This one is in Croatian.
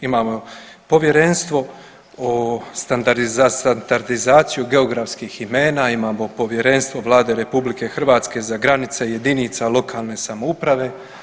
Imamo povjerenstvo o za standardizaciju geografskih imena, imamo povjerenstvo Vlade RH za granice jedinica lokalne samouprave.